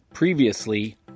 previously